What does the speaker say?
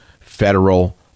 federal